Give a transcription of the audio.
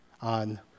on